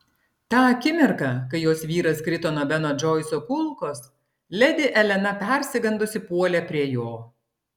tą akimirką kai jos vyras krito nuo beno džoiso kulkos ledi elena persigandusi puolė prie jo